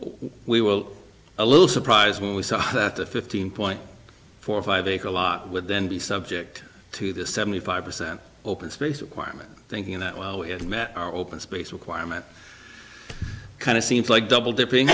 we will a little surprised when we saw the fifteen point four five acre lot would then be subject to the seventy five percent open space acquirement thinking that while we had met our open space requirement kind of seems like double dipping